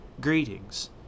greetings